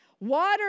Water